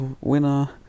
winner